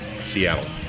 Seattle